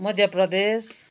Madhya Pradesh